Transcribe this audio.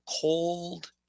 cold